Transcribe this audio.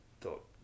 thought